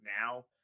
now